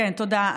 תודה.